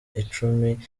icumi